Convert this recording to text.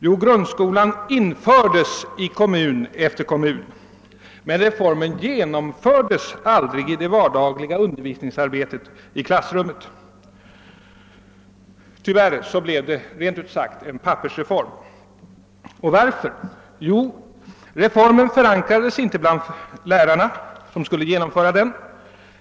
Jo, grundskolan inför des i kommun efter kommun, men reformen genomfördes aldrig i det vardagliga undervisningsarbetet i klassrummet. Tyvärr blev det rent ut sagt en pappersreform. Och varför? Jo, reformen förankrades inte bland lärarna, som skulle genomföra den.